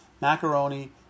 macaroni